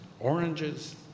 oranges